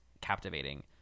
captivating